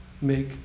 make